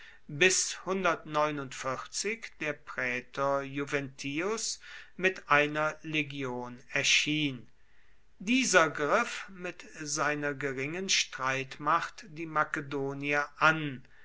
bis der prätor juventius mit einer legion erschien dieser griff mit seiner geringen streitmacht die makedonier an